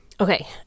Okay